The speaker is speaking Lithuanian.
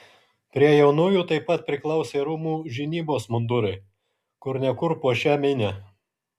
prie jaunųjų taip pat priklausė rūmų žinybos mundurai kur ne kur puošią minią